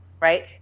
right